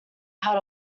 out